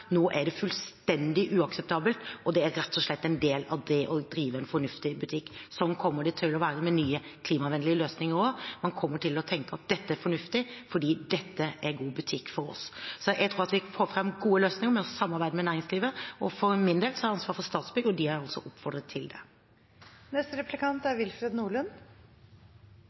Nå er det fullstendig uakseptabelt, og det er rett og slett en del av det å drive en fornuftig butikk. Slik kommer det til å være med nye klimavennlige løsninger også. Man kommer til å tenke at dette er fornuftig, fordi dette er god butikk for oss. Så jeg tror at vi får fram gode løsninger ved å samarbeide med næringslivet, og for min del har jeg ansvaret for Statsbygg, og de er altså oppfordret til det.